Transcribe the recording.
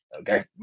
okay